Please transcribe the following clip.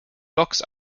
blocks